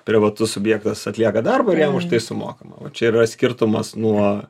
privatus subjektas atlieka darbą ir jam už tai sumokama o čia yra skirtumas nuo